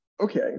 okay